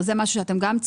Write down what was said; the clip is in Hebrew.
גם זה משהו שאתם צריכים,